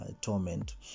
torment